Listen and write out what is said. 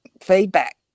feedback